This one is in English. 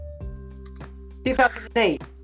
2008